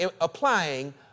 applying